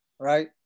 right